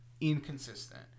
Inconsistent